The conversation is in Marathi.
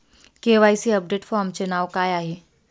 के.वाय.सी अपडेट फॉर्मचे नाव काय आहे?